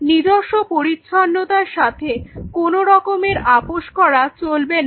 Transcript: নিজস্ব পরিচ্ছন্নতার সাথে কোন রকমের আপোস করা চলবে না